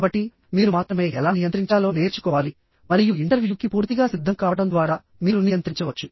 కాబట్టి మీరు మాత్రమే ఎలా నియంత్రించాలో నేర్చుకోవాలి మరియు ఇంటర్వ్యూకి పూర్తిగా సిద్ధం కావడం ద్వారా మీరు నియంత్రించవచ్చు